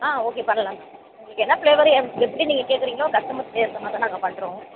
ஆ okay பண்ணலாம் ma'am உங்களுக்கு என்ன ப்ளேவர் எப் எப்படி நீங்கள் கேட்குறீங்களோ கஸ்டமர் கேட்குற மாதிரிதான் நாங்கள் பண்ணுறோம்